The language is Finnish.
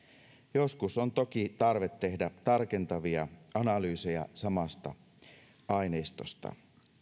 joskus on toki tarve tehdä tarkentavia analyyseja samasta aineistosta